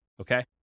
okay